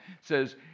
says